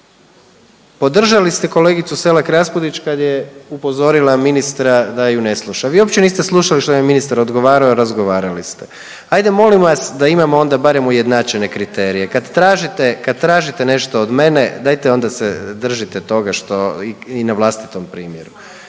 Podržali ste kolegicu Selak Raspudić kad je upozorila ministra da ju ne sluša, vi uopće niste slušali što je ministar odgovarao i razgovarali ste. Ajde molim vas da imamo onda barem ujednačene kriterije, kad tražite, kad tražite nešto od mene dajte onda se držite toga što i na vlastitom primjeru,